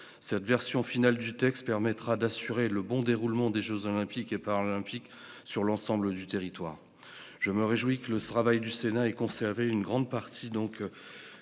Cette version finale du texte permettra d'assurer le bon déroulement des jeux Olympiques et Paralympiques sur l'ensemble du territoire. Je me réjouis que la commission mixte paritaire ait conservé une grande partie du